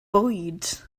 bwyd